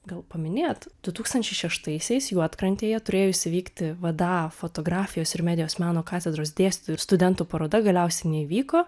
gal paminėt du tūkstančiai šeštaisiais juodkrantėje turėjusi vykti vda fotografijos ir medijos meno katedros dėstytojų ir studentų paroda galiausiai neįvyko